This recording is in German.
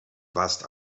warst